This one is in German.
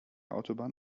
autobahn